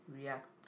react